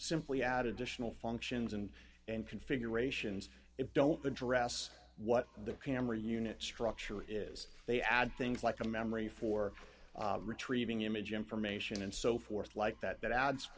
simply add additional functions and and configurations it don't address what the camera unit structure is they add things like a memory for retrieving image information and so forth like that that adds